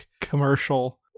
commercial